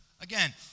Again